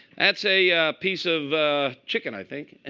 that's a piece of chicken i think,